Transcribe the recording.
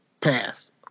passed